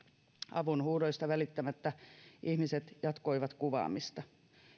avunhuudoista välittämättä ihmiset jatkoivat kuvaamista